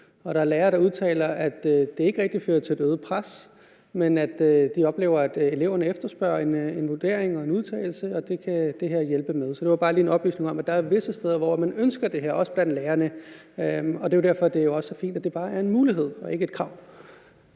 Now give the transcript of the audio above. Der er lærere, der udtaler, at det ikke rigtig fører til noget pres, men at de oplever, at eleverne efterspørger en vurdering og en udtalelse, og det kan det her hjælpe med. Så det var bare lige en oplysning om, at der er visse steder, hvor man ønsker det her, også blandt lærerne, og det er jo også derfor, det er fint, at det bare er en mulighed og ikke et krav.